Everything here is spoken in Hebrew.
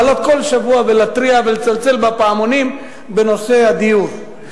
לעלות כל שבוע ולהתריע ולצלצל בפעמונים בנושא הדיור.